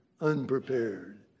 unprepared